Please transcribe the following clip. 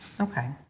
Okay